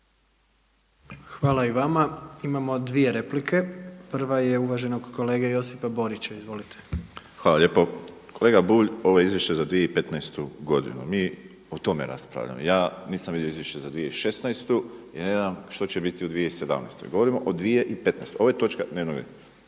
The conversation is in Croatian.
Hvala i vama. Imamo dvije replike. Prva je uvaženog kolege Josipa Borića, izvolite. **Borić, Josip (HDZ)** Hvala lijepo. Kolega Bulj, ovo je izvješće za 2015. godinu. Mi o tome raspravljamo. Ja nisam vidio izvješće za 2016. i ne znam što će biti u 2017. Govorimo o 2015. Ovo je točka dnevnog reda.